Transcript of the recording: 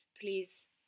please